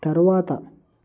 తరువాత